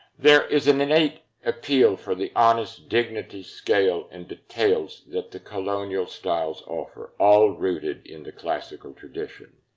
there is an innate appeal for the honest dignity, scale, and details that the colonial styles offer, all rooted into classical tradition.